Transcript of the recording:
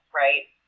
right